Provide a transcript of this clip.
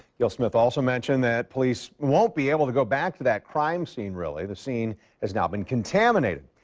gill smith also mentioned that police won't be able to go back to that crime scene really. the scene has now been contaminated.